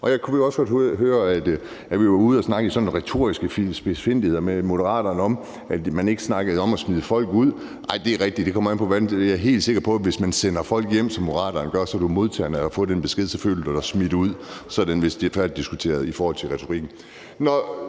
Jeg kunne også godt høre, at vi var ude at snakke i sådan retoriske spidsfindigheder med Moderaterne om, at man ikke snakkede om at smide folk ud. Nej, det er rigtigt, men det kommer an på, hvordan det ses. Jeg er helt sikker på, at hvis man sender folk hjem, som Moderaterne gør, og folk modtager sådan en besked, så føler folk sig smidt ud. Så er det vist færdigdiskuteret i forhold til retorikken.